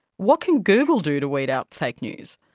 what can google do to weed out fake news?